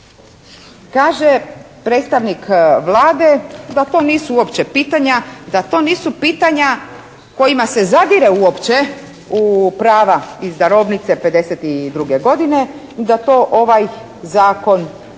Kaže predstavnik Vlade da to nisu uopće pitanja, da to nisu pitanja kojima se zadire uopće u prava iz darovnice 52. godine, da to ovaj zakon ne